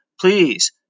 please